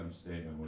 statement